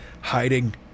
Hiding